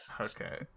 Okay